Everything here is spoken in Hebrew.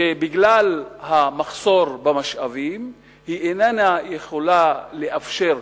שבגלל המחסור במשאבים איננה יכולה לאפשר,